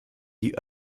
die